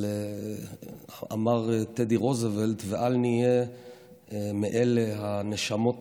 אבל אמר טדי רוזוולט: ואל נהיה מאלה הנשמות